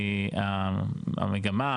המגמה,